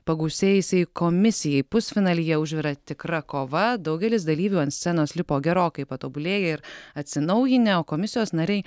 pagausėjusiai komisijai pusfinalyje užvirė tikra kova daugelis dalyvių ant scenos lipo gerokai patobulėję ir atsinaujinę o komisijos nariai